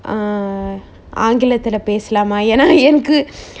err ஆங்கிலத்துல பேசலாமா ஏன்னா எனக்கு:aangilathula pesalama eanna enakku